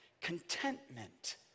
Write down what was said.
contentment